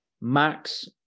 Max